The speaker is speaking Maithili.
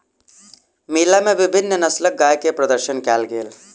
मेला मे विभिन्न नस्लक गाय के प्रदर्शन कयल गेल